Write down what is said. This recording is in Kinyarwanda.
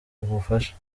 ubufasha